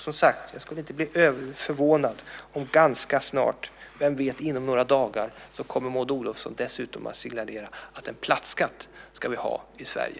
Som sagt, jag skulle inte bli så väldigt förvånad om inte Maud Olofsson ganska snart - kanske inom några dagar, vem vet? - dessutom kommer att signalera att vi ska ha plattskatt i Sverige.